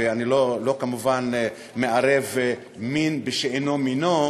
ואני כמובן לא מערב מין בשאינו מינו,